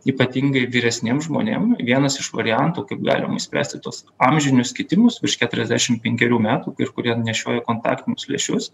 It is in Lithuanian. ypatingai vyresniem žmonėm vienas iš variantų kaip galima išspręsti tuos amžinus kitimus virš keturiasdešim penkerių metų kurie nešioja kontaktinius lęšius